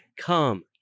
Come